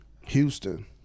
Houston